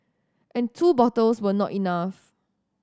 and two bottles were not enough